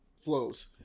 flows